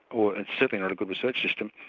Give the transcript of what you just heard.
or certainly not a good research system,